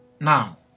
Now